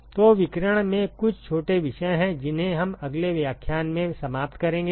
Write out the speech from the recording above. तो विकिरण में कुछ छोटे विषय हैं जिन्हें हम अगले व्याख्यान में समाप्त करेंगे